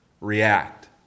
React